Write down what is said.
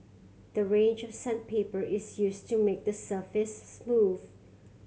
the range of sandpaper is used to make the surface smooth